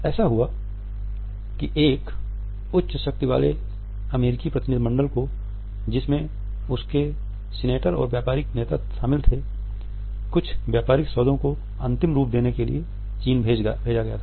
ऐसा हुआ कि एक उच्च शक्ति वाले अमेरिकी प्रतिनिधि मंडल को जिसमें उनके सीनेटर और व्यापारिक नेता शामिल थे कुछ व्यापारिक सौदों को अंतिम रूप देने के लिए चीन भेजा गया था